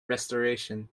restoration